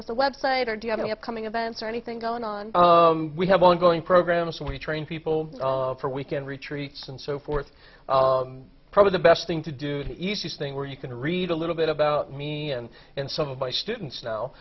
us a website or do you have an upcoming events or anything going on we have ongoing programs we train people for weekend retreats and so forth probably the best thing to do the easiest thing where you can read a little bit about me and and some of my students now